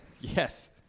Yes